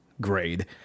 grade